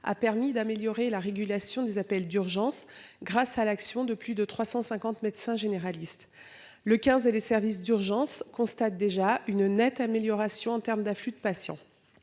a permis d'améliorer la régulation des appels d'urgence grâce à l'action de plus de 350 médecins généralistes. Le 15 et les services d'urgences constate déjà une nette amélioration en termes d'afflux de patients.